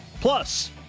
Plus